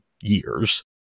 years